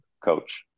coach